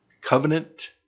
Covenant